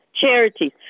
charities